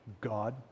god